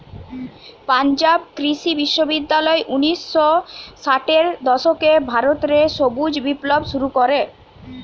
পাঞ্জাব কৃষি বিশ্ববিদ্যালয় উনিশ শ ষাটের দশকে ভারত রে সবুজ বিপ্লব শুরু করে